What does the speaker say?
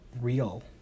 real